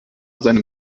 seinem